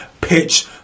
pitch